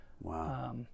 Wow